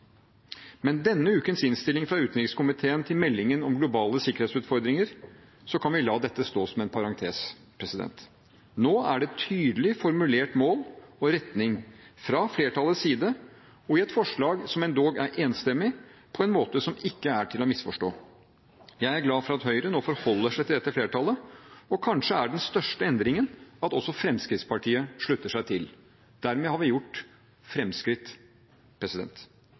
Men med denne ukens innstilling fra utenrikskomiteen til meldingen om globale sikkerhetsutfordringer kan vi la dette stå som en parentes. Nå er det tydelig formulert mål og retning fra flertallets side, og i et forslag som endog er enstemmig, på en måte som ikke er til å misforstå. Jeg er glad for at Høyre nå forholder seg til dette flertallet, og kanskje er den største endringen at også Fremskrittspartiet slutter seg til. Dermed har vi gjort fremskritt.